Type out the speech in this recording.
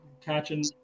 catching